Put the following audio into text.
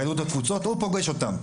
יהדות התפוצות הוא פוגש אותם,